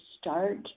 start